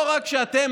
לא רק שאתם,